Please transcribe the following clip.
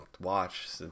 watch